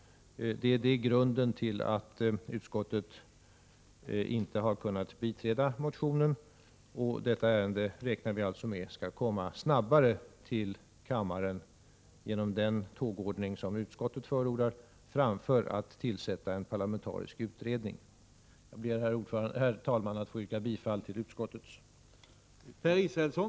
Det är grunden till att utskottet inte har kunnat biträda motionen. Vi räknar alltså med att detta ärende skall komma snabbare till kammaren genom den tågordning som utskottet förordar än genom att man tillsätter en parlamentarisk utredning. Herr talman! Jag ber att få yrka bifall till utskottets hemställan.